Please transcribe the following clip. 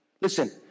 Listen